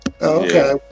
Okay